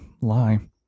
lie